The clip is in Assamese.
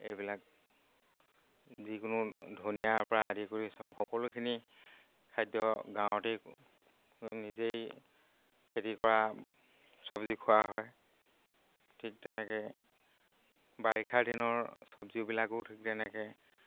এইবিলাক যিকোনো ধনিয়াৰ পৰা আদি কৰি সকলোখিনি খাদ্য গাঁৱতেই নিজেই খেতি কৰা চবজি খোৱা হয় ঠিক তেনেকে বাৰিষাৰ দিনৰ চবজিবিলাকো ঠিক তেনেকে